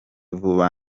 vuba